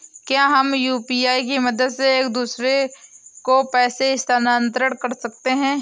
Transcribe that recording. क्या हम यू.पी.आई की मदद से एक दूसरे को पैसे स्थानांतरण कर सकते हैं?